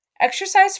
Exercise